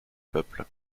peuple